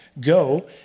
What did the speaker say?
go